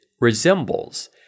resembles